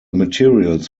materials